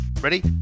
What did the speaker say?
Ready